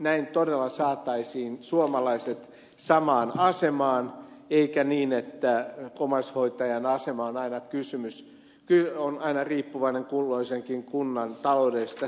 näin todella saataisiin suomalaiset samaan asemaan eikä niin että omaishoitajan asema on aina riippuvainen kulloisenkin kunnan taloudellisesta tilanteesta